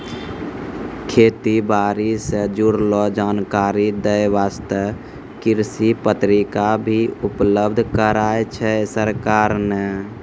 खेती बारी सॅ जुड़लो जानकारी दै वास्तॅ कृषि पत्रिका भी उपलब्ध कराय छै सरकार नॅ